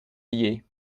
lyé